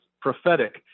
prophetic